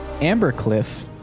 Ambercliff